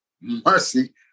Mercy